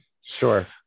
sure